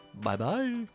bye-bye